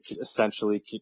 essentially